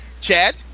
Chad